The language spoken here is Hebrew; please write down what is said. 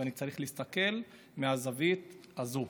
ואני צריך להסתכל מהזווית הזאת.